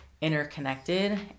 interconnected